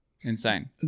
insane